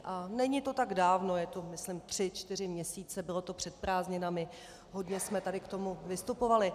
A není to tak dávno, je to myslím tři čtyři měsíce, bylo to před prázdninami, hodně jsme tady k tomu vystupovali.